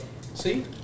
see